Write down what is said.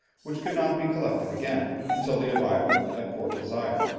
which could not be collected again until the arrival at port desire.